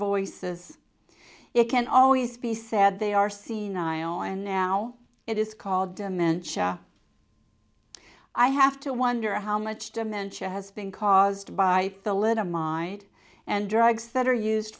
voices it can always be said they are senile and now it is called dementia i have to wonder how much dementia has been caused by the little mind and drugs that are used